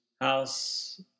house